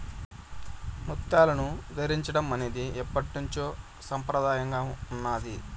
ముత్యాలను ధరించడం అనేది ఎప్పట్నుంచో సంప్రదాయంగా ఉన్నాది